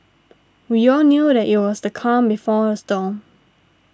we all knew that it was the calm before the storm